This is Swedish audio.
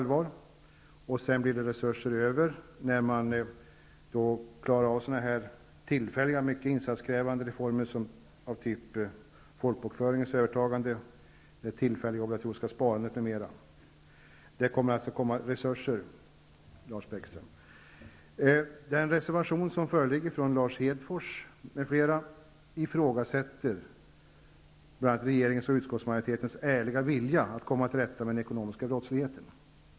Likaså bör det bli resurser över när man har klarat av tillfälliga, mycket insatskrävande reformer av typ övertagande av folkbokföringen, det tillfälliga obligatoriska sparandet m.m. I reservationen av Lars Hedfors m.fl. ifrågasätts bl.a. regeringens och utskottsmajoritetens ärliga vilja att komma till rätta med den ekonomiska brottsligheten.